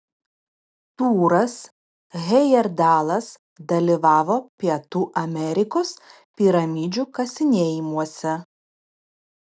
tūras hejerdalas dalyvavo pietų amerikos piramidžių kasinėjimuose